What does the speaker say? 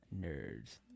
nerds